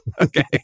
Okay